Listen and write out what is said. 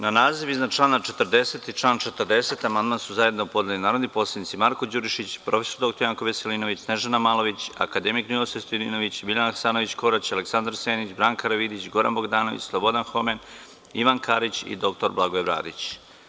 Na naziv iznad člana 40. i član 40. amandman su zajedno podneli narodni poslanici Marko Đurišić, prof. dr Janko Veselinović, Snežana Malović, akademik Ninoslav Stojadinović, Biljana Hasanović Korać, Aleksandar Senić, Branka Karavidić, Goran Bogdanović, Slobodan Homen, Ivan Karić i dr Blagoje Bradić.